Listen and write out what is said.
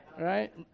Right